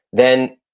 then,